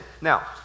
Now